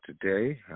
today